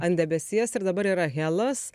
an debesies ir dabar yra helas